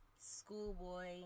Schoolboy